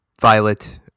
Violet